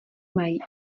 mají